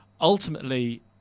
ultimately